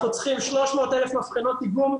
אנחנו צריכים 300,000 מבחנות איגום.